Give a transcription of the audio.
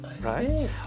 Right